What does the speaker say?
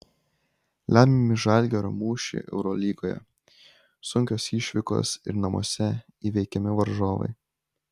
lemiami žalgirio mūšiai eurolygoje sunkios išvykos ir namuose įveikiami varžovai